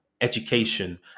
education